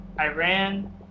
Iran